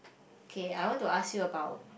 okay I want to ask you about